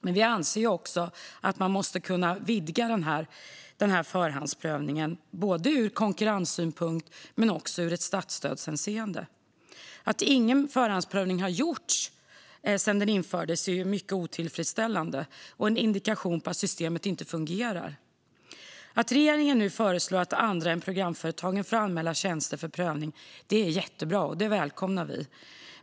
Men vi anser också att man måste kunna vidga denna förhandsprövning, både ur konkurrenssynpunkt och ur ett statsstödshänseende. Att ingen förhandsprövning har gjorts sedan den infördes är mycket otillfredsställande och en indikation på att systemet inte fungerar. Att regeringen nu föreslår att andra än programföretagen får anmäla tjänster för prövning är jättebra, och det välkomnar vi.